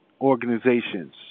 organizations